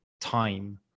time